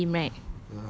same like ayim right